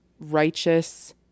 righteous